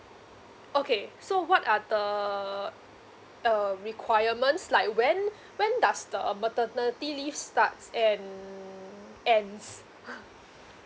okay so what are the uh requirements like when when does the uh maternity leave starts and ends